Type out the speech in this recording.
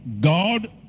God